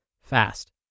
fast